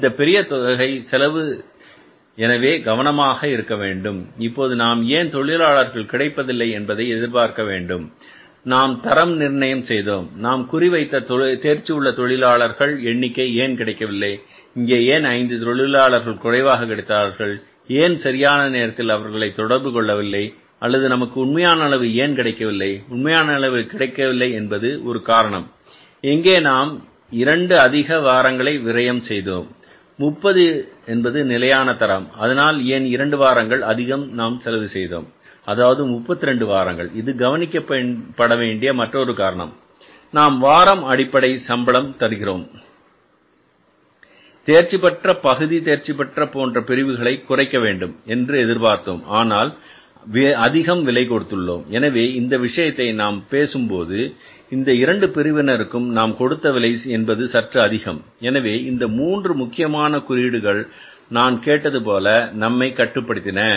இது பெரிய செலவு எனவே கவனமாக இருக்க வேண்டும் இப்போது நாம் ஏன் தொழிலாளர்கள் கிடைப்பதில்லை என்பதை எதிர்பார்க்க வேண்டும் நாம் தரம் நிர்ணயம் செய்தோம் நாம் குறிவைத்த தேர்ச்சி உள்ள தொழிலாளர்கள் எண்ணிக்கை ஏன் கிடைக்கவில்லை இங்கே ஏன் 5 தொழிலாளர்கள் குறைவாக கிடைத்தார்கள் ஏன் சரியான நேரத்தில் அவர்களை தொடர்பு கொள்ளவில்லை அல்லது நமக்கு உண்மையான அளவு ஏன் கிடைக்கவில்லை உண்மையான அளவு கிடைக்கவில்லை என்பது ஒரு காரணம் எங்கே நாம் இரண்டு அதிக வாரங்களை விரயம் செய்தோம் முப்பது என்பது நிலையான தரம் அதனால் ஏன் இரண்டு வாரங்கள் அதிகம் நாம் செலவு செய்தோம் அதாவது 32 வாரங்கள் இது கவனிக்கப்படவேண்டிய மற்றொரு காரணம் நாம் வாரம் அடிப்படை சம்பளம் தருகிறோம் தேர்ச்சிபெற்ற பகுதி தேர்ச்சிபெற்ற போன்ற பிரிவுகளை குறைக்க வேண்டும் என்று எதிர்பார்த்தோம் ஆனால் அதிகம் விலை கொடுத்துள்ளோம் எனவே இந்த விஷயத்தை நாம் பேசும்போது இந்த இரண்டு பிரிவினருக்கும் நாம் கொடுத்த விலை என்பது சற்று அதிகம் எனவே இந்த மூன்று முக்கியமான குறியீடுகள் நான் கேட்டது போல நம்மை கட்டாயப்படுத்தின